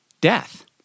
death